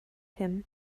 him